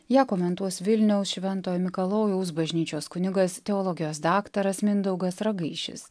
ją komentuos vilniaus šventojo mikalojaus bažnyčios kunigas teologijos daktaras mindaugas ragaišis